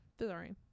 Sorry